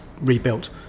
rebuilt